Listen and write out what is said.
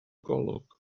golwg